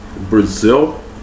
Brazil